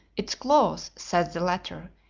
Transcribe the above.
its claws, says the latter,